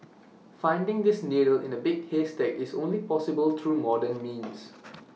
finding this needle in A big haystack is only possible through modern means